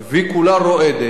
והיא כולה רועדת.